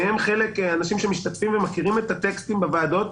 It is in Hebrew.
מהם אנשים שמשתתפים ומכירים את הטקסטים בוועדות,